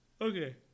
Okay